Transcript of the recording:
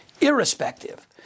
irrespective